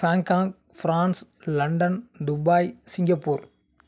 Bangkok France London Dubai Singapore